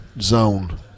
zone